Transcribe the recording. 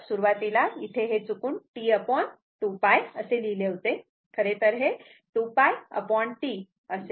तर सुरवातीला इथे हे चुकून T2 π असे लिहिले होते खरे तर हे 2π T असे आहे